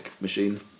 machine